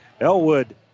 Elwood